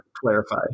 clarify